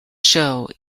show